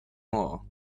more